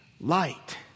light